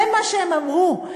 זה מה שהם אמרו.